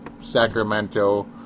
Sacramento